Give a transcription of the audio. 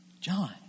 John